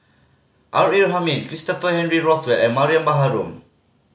R A Hamid Christopher Henry Rothwell and Mariam Baharom